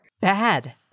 Bad